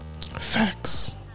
facts